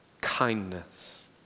kindness